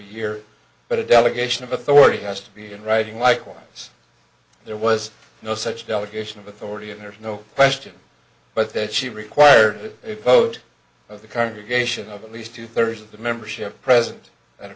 year but a delegation of authority has to be in writing likewise there was no such delegation of authority and there's no question but that she required it vote of the congregation of at least two thirds of the membership present at a